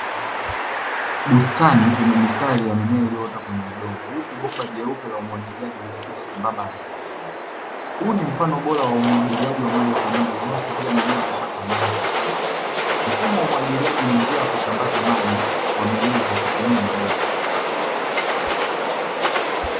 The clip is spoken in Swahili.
Bustani yenye mistari ya mimea iliyoota kwenye udongo huku bomba jeupe la umwagiliaji likipita sambamba na mimea hiyo. Huu ni mfano bora wa umwagiliaji wa moja kwa moja unaosaidia mimea kupata maji kwa ufanisi. Mfumo wa umwagiliaji ni njia ya kusambaza maji kwa mimea kwa kutumia mabomba.